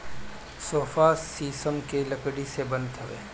sofa शीशम के लकड़ी से बनत हवे